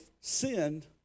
sinned